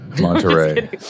Monterey